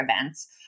events